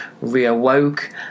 reawoke